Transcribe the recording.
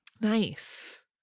Nice